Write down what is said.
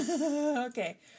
Okay